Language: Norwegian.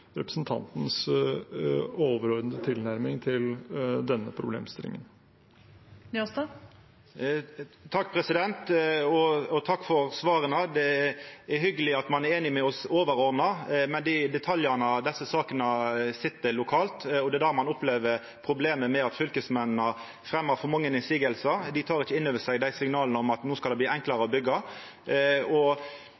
representantens overordnede tilnærming til denne problemstillingen. Helge André Njåstad – til oppfølgingsspørsmål. Takk for svara. Det er hyggjeleg at ein overordna er einig med oss, men detaljane i desse sakene sit lokalt, og det er då ein opplever problemet med at fylkesmennene fremjar for mange motsegner – dei tek ikkje inn over seg signala om at no skal det bli enklare